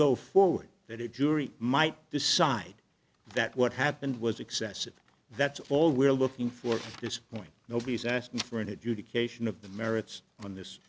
go forward that it jury might decide that what happened was excessive that's all we're looking for this point nobody's asking for an adjudication of the merits on this